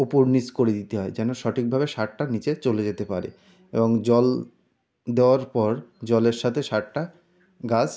ওপর নিচ করে দিতে হয় যেন সঠিকভাবে সারটা নিচে চলে যেতে পারে এবং জল দেওয়ার পর জলের সাথে সারটা গাছ